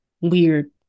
weird